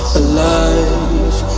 alive